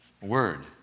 word